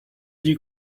gli